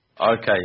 Okay